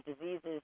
diseases